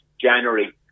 January